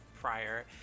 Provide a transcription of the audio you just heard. prior